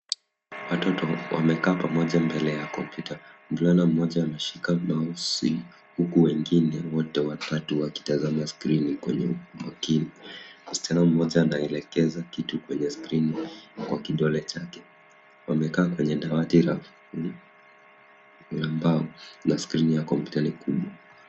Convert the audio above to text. Watoto wamekaa pamoja mbele ya kompyuta. Mvulana mmoja anashika mausi huku wengine wote watatu wakitazama skrini kwenye umakini. Msichana mwingine anaelekeza kitu kwenye skrini kwa kidole chake .Wamekaa kwenye dawati la mbao na skrini ya kompyuta ni kubwa.